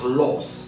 laws